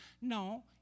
No